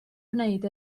gwneud